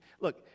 Look